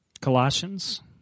Colossians